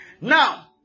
Now